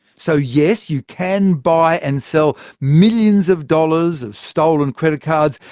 so yes, you can buy and sell millions of dollars of stolen credit cards.